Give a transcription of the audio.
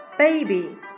baby